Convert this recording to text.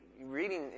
reading